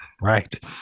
right